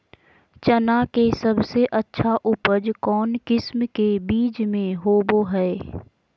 चना के सबसे अच्छा उपज कौन किस्म के बीच में होबो हय?